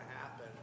happen